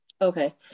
Okay